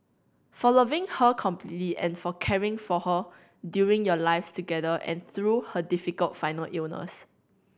for loving her completely and for caring for her during your lives together and through her difficult final illness